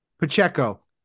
Pacheco